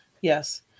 Yes